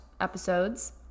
episodes